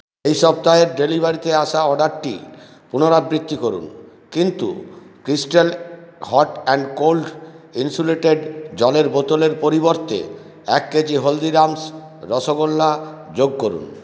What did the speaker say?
এই সপ্তাহে ডেলিভারিতে আসা অর্ডারটি পুনরাবৃত্তি করুন কিন্তু crystal hot and cold insulated জলের বোতলের পরিবর্তে এক কেজি হলদিরামস্ রসগোল্লা যোগ করুন